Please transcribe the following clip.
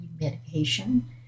medication